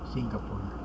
Singapore